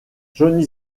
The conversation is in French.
johnny